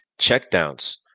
checkdowns